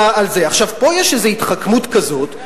פה יש התחכמות כזאת,